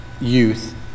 youth